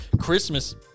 christmas